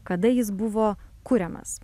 kada jis buvo kuriamas